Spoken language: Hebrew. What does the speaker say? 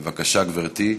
מס' 9572. בבקשה, גברתי.